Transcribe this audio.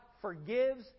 forgives